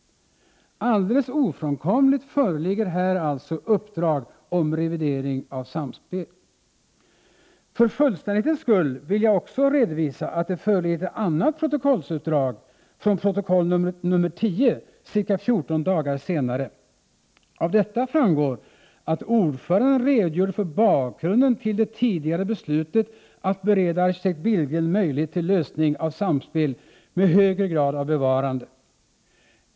Alldeles ofrånkomligt föreligger här alltså uppdrag om revidering av ”Samspel”. För fullständighetens skull vill jag också redovisa att det föreligger ett annat protokollsutdrag från protokoll nr 10 ca 14 dagar senare. Av detta framgår att ordföranden redogjorde för bakgrunden till det tidigare beslutet att bereda arkitekt Billgren möjlighet till lösning av ”Samspel” med högre grad av bevarande.